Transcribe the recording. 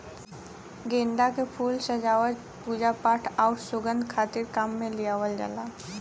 गेंदा के फूल सजावट, पूजापाठ आउर सुंगध खातिर काम में लियावल जाला